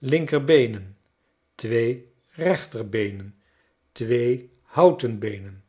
linkerbeenen twee rechterbeenen twee houten beenen